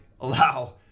allow